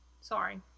Sorry